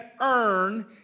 earn